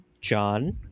John